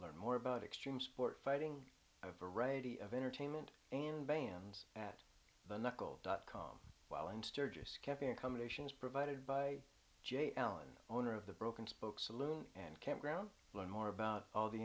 learn more about extreme sport fighting a variety of entertainment and bans at the local dot com while in sturgis camping accommodations provided by jay allen owner of the broken spokes saloon and campground learn more about all the